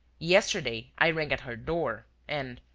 yesterday, i rang at her door and,